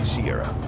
Sierra